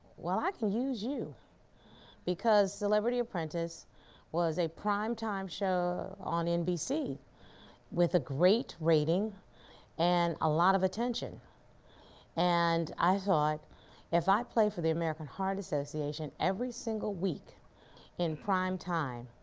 well i can use you because celebrity apprentice was a prime time show on nbc with a great rating and a lot of attention and i thought if i play for the american heart association every single week in prime time,